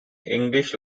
english